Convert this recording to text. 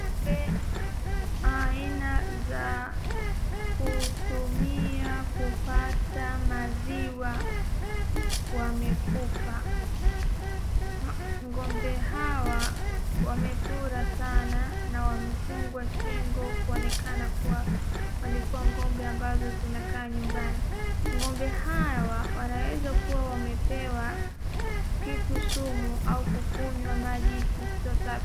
Ng'ombe aina za kutumia kupata maziwa wamekufa. Ng'ombe hawa wamefura sana na wamefungwa shingo kuonekana kuwa walikuwa ng'ombe ambazo zinakaa nyumbani. Ng'ombe hawa wanaweza kuwa wamepea kitu sumu au kukunywa maji isiyo safi.